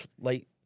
late